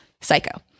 Psycho